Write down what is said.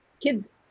kids